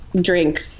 drink